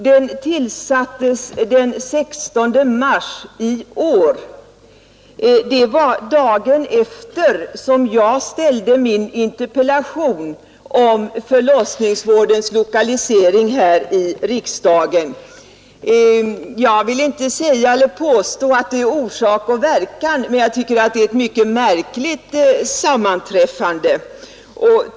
Den tillsattes den 16 mars i år, dagen efter det att jag här i riksdagen ställt min interpellation om förlossningsvårdens lokalisering. Jag vill inte påstå att här föreligger orsak och verkan, men jag tycker att det är ett mycket märkligt sammanträffande.